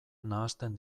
nahasten